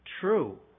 true